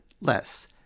less